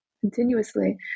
continuously